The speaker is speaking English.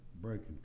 breaking